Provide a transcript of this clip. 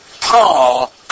Paul